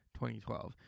2012